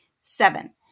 Seven